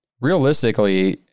realistically